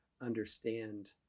understand